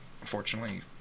unfortunately